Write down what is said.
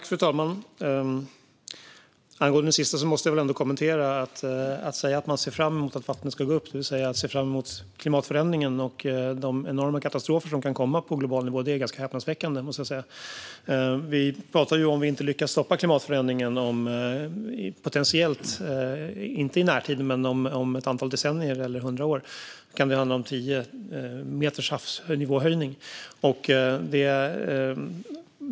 Fru talman! Det sista Kjell Jansson sa måste jag ändå kommentera. Att säga att man ser fram emot att vattnet ska gå upp, det vill säga se fram emot klimatförändringen och de enorma katastrofer som kan komma på global nivå, är häpnadsväckande. Vi pratar ju om att om vi inte lyckas stoppa klimatförändringen kan det - inte i närtid men om ett antal decennier eller om hundra år - handla om tio meters havsnivåhöjning.